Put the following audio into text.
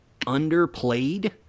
underplayed